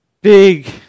big